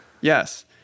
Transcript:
Yes